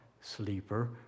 sleeper